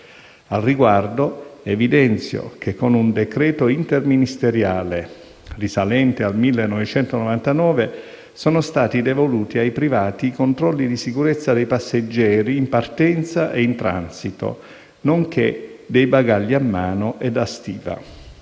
Al riguardo, evidenzio che con un decreto interministeriale risalente al 1999 sono stati devoluti ai privati i controlli di sicurezza dei passeggeri in partenza e transito, nonché dei bagagli a mano e da stiva.